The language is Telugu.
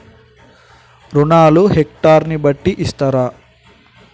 రుణాలు హెక్టర్ ని బట్టి ఇస్తారా?